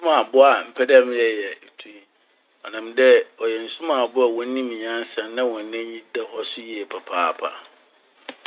Nsu mu abowa mepɛ meyɛ yɛ etui. Ɔnam dɛ ɔyɛ nsu mu abowa a wonyim nyansa na hɔn enyi da hɔ so yie papaapa.